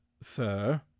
sir